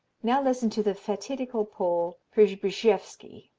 now listen to the fatidical pole przybyszewski